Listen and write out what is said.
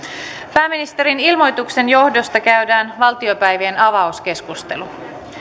pääministerin ilmoituksen johdosta käydään valtiopäivien avauskeskustelu